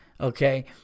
okay